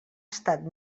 estat